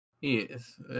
Yes